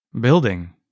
Building